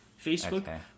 Facebook